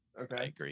Okay